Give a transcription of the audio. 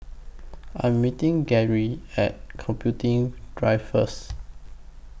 I'm meeting Geary At Computing Drive First